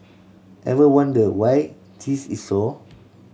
ever wonder why this is so